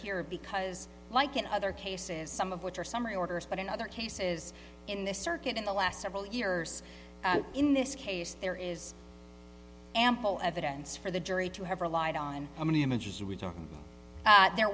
here because like in other cases some of which are summary orders but in other cases in this circuit in the last several years in this case there is ample evidence for the jury to have relied on how many images